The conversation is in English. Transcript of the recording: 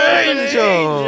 angel